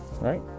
right